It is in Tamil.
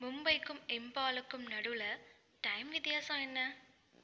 மும்பைக்கும் இம்பாலுக்கும் நடுவில் டைம் வித்தியாசம் என்ன